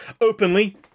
openly